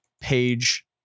page